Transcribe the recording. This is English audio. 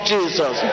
Jesus